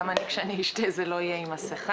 גם כשאני אשתה זה לא יהיה עם מסכה.